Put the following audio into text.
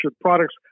products